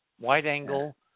wide-angle